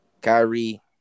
Kyrie